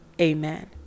Amen